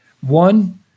One